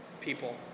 people